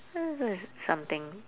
hmm so it's something